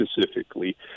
specifically